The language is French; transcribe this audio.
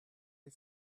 des